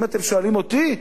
אם אתם שואלים אותי,